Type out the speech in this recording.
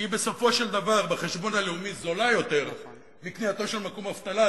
היא בסופו של דבר בחשבון הלאומי זולה יותר מקנייתו של מקום אבטלה,